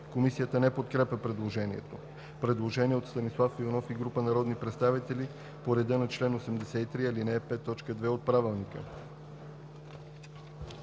Комисията не подкрепя предложението. Има предложение от Станислав Иванов и група народни представители по реда на чл. 83, ал. 5, т. 2 от Правилника